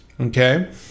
okay